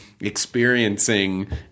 experiencing